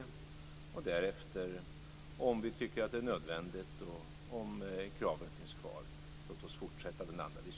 Låt oss därefter, om vi tycker att det är nödvändigt och om kraven finns kvar, fortsätta den andra diskussionen.